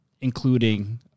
including